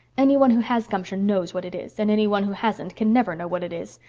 any one who has gumption knows what it is, and any one who hasn't can never know what it is.